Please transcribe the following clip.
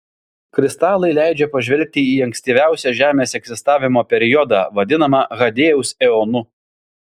kristalai leidžia pažvelgti į ankstyviausią žemės egzistavimo periodą vadinamą hadėjaus eonu